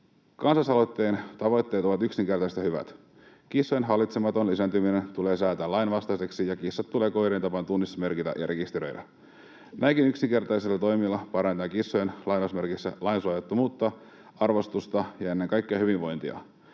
Kansalaisaloitteen tavoitteet ovat yksinkertaiset ja hyvät. Kissojen hallitsematon lisääntyminen tulee säätää lainvastaiseksi, ja kissat tulee koirien tapaan tunnistusmerkitä ja rekisteröidä. Näinkin yksinkertaisilla toimilla parannetaan kissojen ”lainsuojattomuutta”, arvostusta ja ennen kaikkea hyvinvointia.